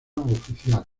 oficial